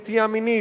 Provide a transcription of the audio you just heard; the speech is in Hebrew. נטייה מינית,